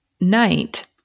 night